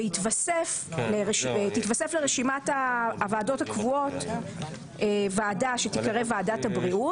ותתווסף לרשימת הוועדות הקבועות ועדה שתיקרא ועדת הבריאות,